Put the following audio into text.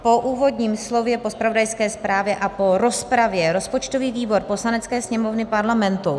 Po úvodním slově, po zpravodajské zprávě a po rozpravě rozpočtový výbor Poslanecké sněmovny Parlamentu